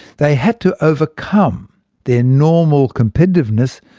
they had to overcome their normal competitiveness,